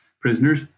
prisoners